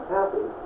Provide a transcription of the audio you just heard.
happy